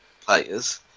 players